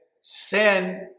sin